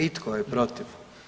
I tko je protiv?